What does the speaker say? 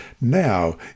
now